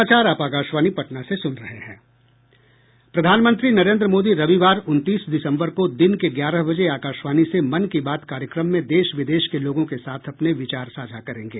प्रधानमंत्री नरेन्द्र मोदी रविवार उनतीस दिसम्बर को दिन के ग्यारह बजे आकाशवाणी से मन की बात कार्यक्रम में देश विदेश के लोगों के साथ अपने विचार साझा करेंगे